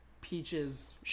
peaches